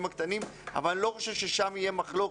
הקטנים אבל אני לא חושב ששם תהיה מחלוקת.